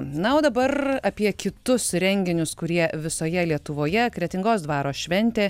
na o dabar apie kitus renginius kurie visoje lietuvoje kretingos dvaro šventė